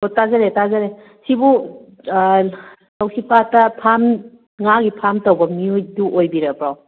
ꯑꯣ ꯇꯥꯖꯔꯦ ꯇꯥꯖꯔꯦ ꯁꯤꯕꯨ ꯂꯧꯁꯤ ꯄꯥꯠꯇ ꯐꯥꯝ ꯉꯥꯒꯤ ꯐꯥꯝ ꯇꯧꯕ ꯃꯤꯗꯨ ꯑꯣꯏꯕꯤꯔꯕꯣ